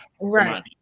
right